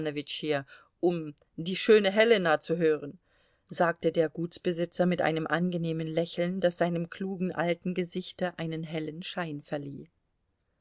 um die schöne helena zu hören sagte der gutsbesitzer mit einem angenehmen lächeln das seinem klugen alten gesichte einen hellen schein verlieh